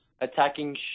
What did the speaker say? attacking